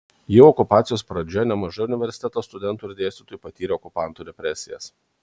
jau okupacijos pradžioje nemažai universiteto studentų ir dėstytojų patyrė okupantų represijas